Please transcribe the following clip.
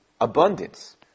abundance